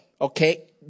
okay